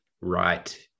right